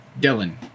Dylan